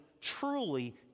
truly